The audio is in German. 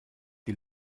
die